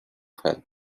health